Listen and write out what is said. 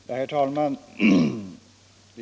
Herr talman!